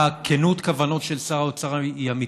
כנות הכוונות של שר האוצר היא אמיתית,